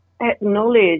Acknowledge